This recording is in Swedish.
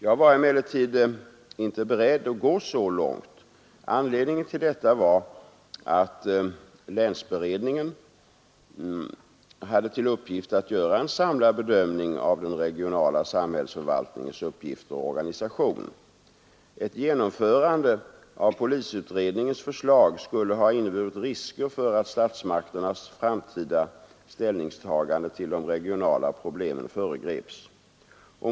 Jag var emellertid inte beredd att gå så långt. Anledningen till detta var att länsberedningen hade till uppgift att göra en samlad bedömning av den regionala samhällsförvaltningens uppgifter och organisation. Ett genomförande av polisutredningens förslag skulle ha inneburit risker för att statsmakternas framtida ställningstagande till de regionala problemen föregreps.